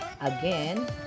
Again